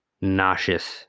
nauseous